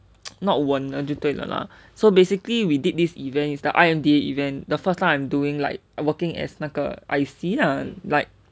not 稳就对了啦 so basically we did this event is the I_M_D event the first time I'm doing like first time I working as 那个 I_C lah and like